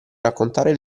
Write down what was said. raccontare